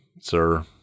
Sir